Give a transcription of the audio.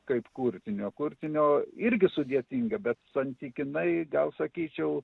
kaip kurtinio kurtinio irgi sudėtinga bet santykinai gal sakyčiau